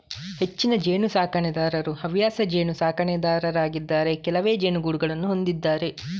ಹೆಚ್ಚಿನ ಜೇನು ಸಾಕಣೆದಾರರು ಹವ್ಯಾಸ ಜೇನು ಸಾಕಣೆದಾರರಾಗಿದ್ದಾರೆ ಕೆಲವೇ ಜೇನುಗೂಡುಗಳನ್ನು ಹೊಂದಿದ್ದಾರೆ